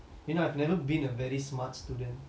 you know I've never been a very smart student